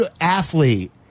athlete